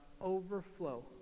overflow